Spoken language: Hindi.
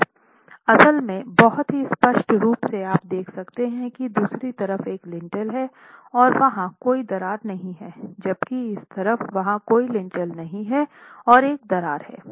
असल में बहुत ही स्पष्ट रूप से आप देख सकते हैं कि दूसरी तरफ एक लिंटेल है और वहाँ कोई दरार नहीं है जबकि इस तरफ वहाँ कोई लिंटेल नहीं है और एक दरार है